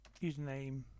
username